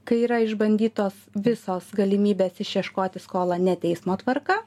kai yra išbandytos visos galimybės išieškoti skolą ne teismo tvarka